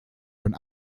von